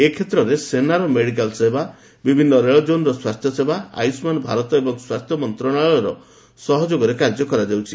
ଏ କ୍ଷେତ୍ରରେ ସେନାର ମେଡ଼ିକାଲ ସେବା ବିଭିନ୍ନ ରେଳଜୋନ୍ର ସ୍ୱାସ୍ଥ୍ୟସେବା ଆୟୁଷ୍ମାନ ଭାରତ ଏବଂ ସ୍ୱାସ୍ଥ୍ୟମନ୍ତ୍ରଣାଳୟର ସହଯୋଗରେ କାର୍ଯ୍ୟ କରାଯାଉଛି